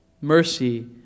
Mercy